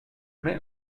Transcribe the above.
mets